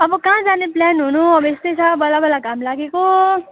अब कहाँ जाने प्लान हुनु अब यस्तै छ बल्ल बल्ल घाम लागेको